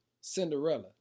Cinderella